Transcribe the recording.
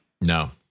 no